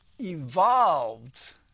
evolved